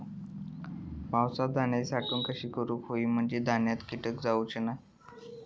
पावसात धान्यांची साठवण कशी करूक होई म्हंजे धान्यात कीटक जाउचे नाय?